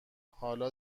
حالا